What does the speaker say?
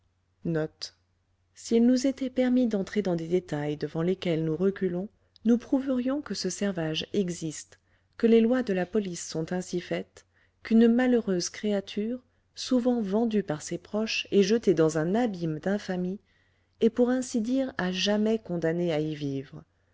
s'il nous était permis d'entrer dans des détails devant lesquels nous reculons nous prouverions que ce servage existe que les lois de la police sont ainsi faites qu'une malheureuse créature souvent vendue par ses proches et jetée dans un abîme d'infamie est pour ainsi dire à jamais condamnée à y vivre